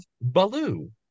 Baloo